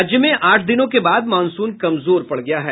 राज्य में आठ दिनों के बाद मानसून कमजोर पड़ गया है